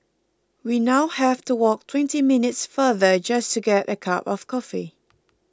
we now have to walk twenty minutes farther just to get a cup of coffee